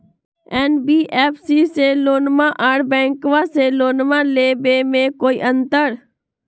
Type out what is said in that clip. NBFC से लोनमा आर बैंकबा से लोनमा ले बे में कोइ अंतर?